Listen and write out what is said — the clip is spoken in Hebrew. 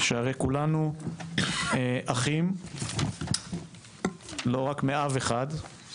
שהרי כולנו אחים, לא רק מאב אחד.